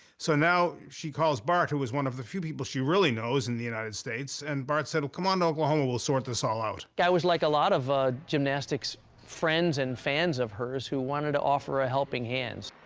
so now she calls bart, who was one of the few people she really knows in the united states, and bart said, well, come on to oklahoma and we'll sort this all out. i was like a lot of ah gymnastic friends and fans of hers who wanted to offer a helping hand.